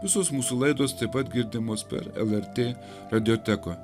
visos mūsų laidos taip pat girdimos per lrt radioteką